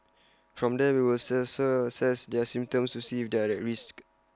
from there we'll assess their symptoms to see if they're at risk